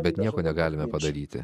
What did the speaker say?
bet nieko negalime padaryti